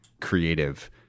creative